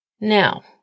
Now